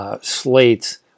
slates